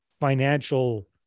financial